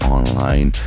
online